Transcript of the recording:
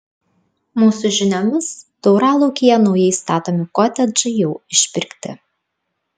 mūsų žiniomis tauralaukyje naujai statomi kotedžai jau išpirkti